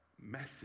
message